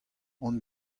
hon